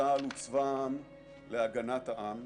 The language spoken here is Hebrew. הצבא ומשרד הביטחון,